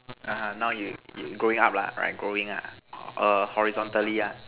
(uh huh) now you you growing up lah right growing ah err horizontally lah